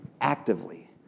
actively